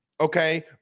Okay